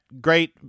great